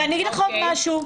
אגיד לך עוד משהו,